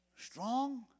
Strong